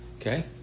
Okay